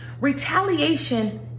retaliation